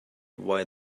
why